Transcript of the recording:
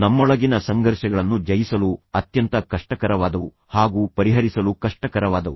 ನಮ್ಮೊಳಗಿನ ಸಂಘರ್ಷಗಳನ್ನು ಜಯಿಸಲು ಅತ್ಯಂತ ಕಷ್ಟಕರವಾದವು ಹಾಗು ಪರಿಹರಿಸಲು ಕಷ್ಟಕರವಾದವು